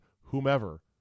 whomever